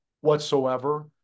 whatsoever